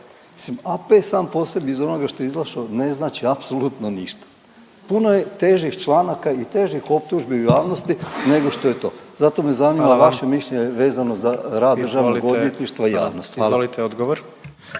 AP sam po sebi iz onoga što je izašao ne znači apsolutno ništa. Puno je težih članaka i težih optužbi u javnosti nego što je to. Zato me zanima vaše mišljenje…/Upadica predsjednik: Hvala vam./…vezano za rad